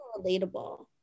relatable